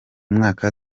mwaka